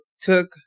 took